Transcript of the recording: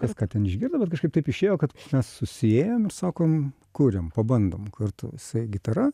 kas ką ten išgirdo bet kažkaip taip išėjo kad mes susiėjom ir sakom kuriam pabandom kartu jisai gitara